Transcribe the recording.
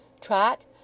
Trot